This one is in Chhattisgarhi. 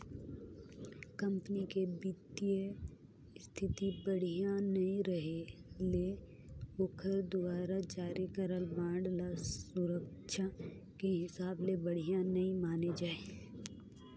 कंपनी के बित्तीय इस्थिति बड़िहा नइ रहें ले ओखर दुवारा जारी करल बांड ल सुरक्छा के हिसाब ले बढ़िया नइ माने जाए